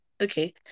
Okay